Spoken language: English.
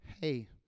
hey